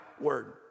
word